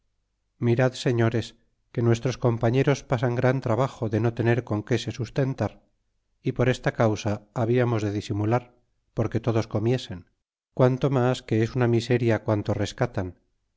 mirad señores que nuestros compañeros pasan gran trabajo de no tener con que se sustentar y por esta causa habiamos de disimular porque todos comiesen quanto mas que es una miseria quanto rescatan